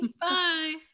Bye